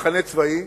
מחנה צבאי,